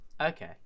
Okay